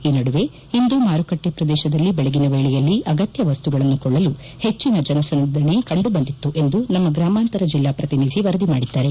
ಈ ನಡುವೆ ಇಂದು ಮಾರುಕಟ್ಟೆ ಪ್ರದೇಶದಲ್ಲಿ ಬೆಳಗಿನ ವೇಳೆಯಲ್ಲಿ ಅಗತ್ಯ ವಸ್ತುಗಳನ್ನು ಕೊಳ್ಳಲು ಹೆಚ್ಚಿನ ಜನಸಂದಣಿ ಕಂಡು ಬಂದಿತ್ತು ಎಂದು ನಮ್ಮ ಗ್ರಾಮಾಂತರ ಜೆಲ್ಲಾ ಪ್ರತಿನಿಧಿ ವರದಿ ಮಾಡಿದ್ದಾರೆ